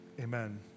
amen